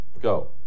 Go